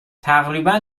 تقریبا